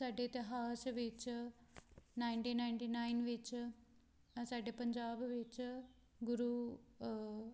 ਸਾਡੇ ਇਤਿਹਾਸ ਵਿੱਚ ਨਾਈਨਟੀ ਨਾਈਨਟੀ ਨਾਈਨ ਵਿੱਚ ਸਾਡੇ ਪੰਜਾਬ ਵਿੱਚ ਗੁਰੂ